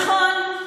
נכון,